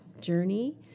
journey